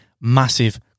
massive